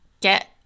get